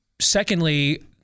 Secondly